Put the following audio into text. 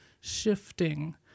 shifting